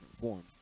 form